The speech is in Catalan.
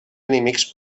enemics